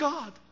God